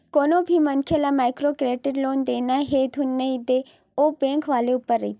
कोनो भी मनखे ल माइक्रो क्रेडिट लोन देना हे धुन नइ ते ओ बेंक वाले ऊपर रहिथे